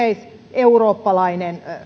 yleiseurooppalainen